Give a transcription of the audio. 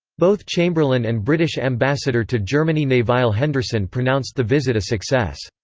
both chamberlain and british ambassador to germany nevile henderson pronounced the visit a success.